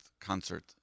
concert